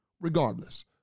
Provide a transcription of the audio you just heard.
regardless